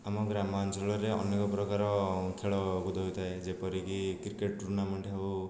ଆମ ଗ୍ରାମାଞ୍ଚଳରେ ଅନେକ ପ୍ରକାର ଖେଳକୁଦ ହୋଇଥାଏ ଯେପରିକି କ୍ରିକେଟ୍ ଟୁର୍ଣ୍ଣାମେଣ୍ଟ୍ ହଉ